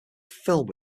filled